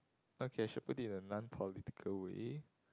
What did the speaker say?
okay I shall put it in a non political way